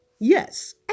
Yes